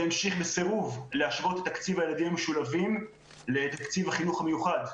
זה המשיך בסירוב להשוות תקציב לילדים המשולבים לתקציב החינוך המיוחד.